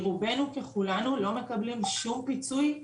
רובנו ככולנו לא מקבלים שום פיצוי.